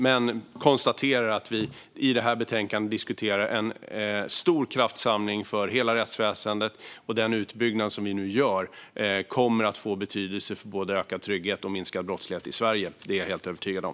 Jag konstaterar att vi i detta betänkande diskuterar en stor kraftsamling för hela rättsväsendet, och den utbyggnad som vi nu gör kommer att få betydelse för både ökad trygghet och minskad brottslighet i Sverige. Det är jag helt övertygad om.